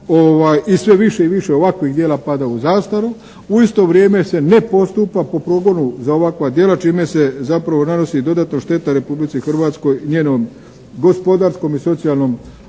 i sve više i više ovakvih djela pada u zastaru. U isto vrijeme se ne postupa po progonu za ovakva djela čime se zapravo nanosi dodatna šteta Republici Hrvatskoj, njenom gospodarskom i socijalnom